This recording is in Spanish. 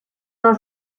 nos